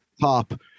top